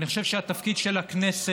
אני חושב שהתפקיד של הכנסת,